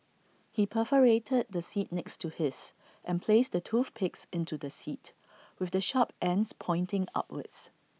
he perforated the seat next to his and placed the toothpicks into the seat with the sharp ends pointing upwards